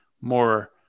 more